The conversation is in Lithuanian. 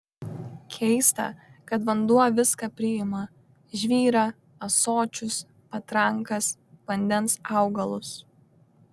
keista kad vanduo viską priima žvyrą ąsočius patrankas vandens augalus